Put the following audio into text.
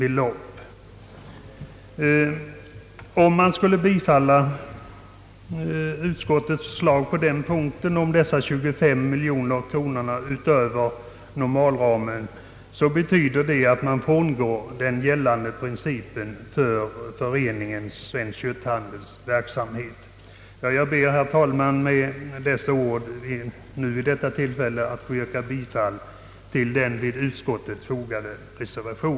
Ett bifall till utskottets förslag på denna punkt om 25 miljoner kronor av medel utöver normalramen betyder att man frångår den gällande princi Jag ber, herr talman, att med dessa ord få yrka bifall till den vid utskottsutlåtandet fogade reservationen.